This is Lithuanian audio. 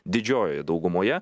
didžiojoje daugumoje